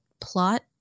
plot